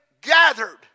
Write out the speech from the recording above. gathered